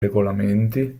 regolamenti